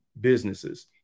businesses